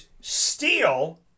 steal